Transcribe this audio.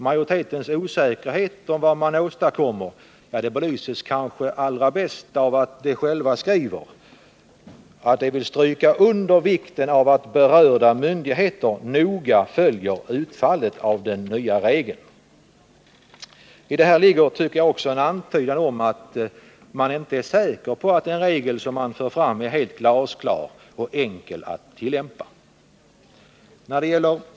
Majoritetens osäkerhet om vad man åstadkommer belyses kanske allra bäst av att majoriteten själv skriver att man vill ”stryka under vikten av att berörda myndigheter noga följer utfallet av den nya regeln”. I detta ligger, tycker jag, också en antydan om att man inte är säker på att den regel som man för fram är helt glasklar och enkel att tillämpa. Herr talman!